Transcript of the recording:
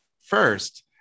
first